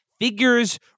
figures